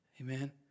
Amen